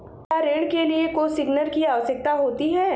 क्या ऋण के लिए कोसिग्नर की आवश्यकता होती है?